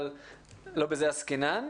אבל לא בזה עסקינן.